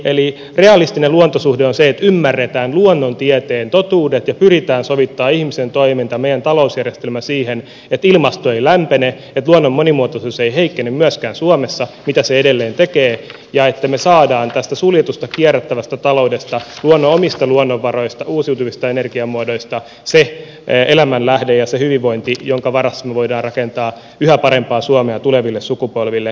eli realistinen luontosuhde on sitä että ymmärretään luonnontieteen totuudet ja pyritään sovittamaan ihmisen toiminta ja meidän talousjärjestelmä siihen että ilmasto ei lämpene että luonnon monimuotoisuus ei heikkene myöskään suomessa mitä se edelleen tekee ja että me saamme tästä suljetusta kierrättävästä taloudesta luonnon omista luonnonvaroista ja uusiutuvista energiamuodoista sen elämänlähteen ja sen hyvinvoinnin joiden varassa me voimme rakentaa yhä parempaa suomea tuleville sukupolville